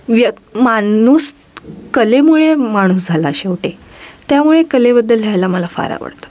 व्यक् माणूस कलेमुळे माणूस झाला शेवटी त्यामुळे कलेबद्दल लिहायला मला फार आवडतं